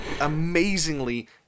amazingly